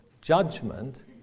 Judgment